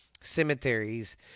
cemeteries